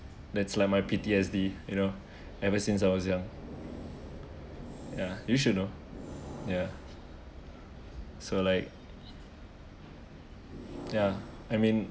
that's like my P_T_S_D you know ever since I was young ya you should know ya so like ya I mean